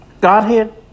Godhead